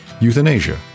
euthanasia